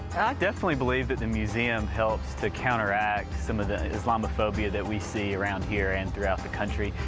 definitely believe that the museum helps to counteract some of the islamophobia that we see around here and throughout the country,